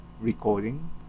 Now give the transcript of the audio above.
recording